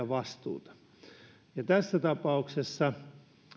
vastuuta tässä tapauksessa